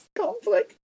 conflict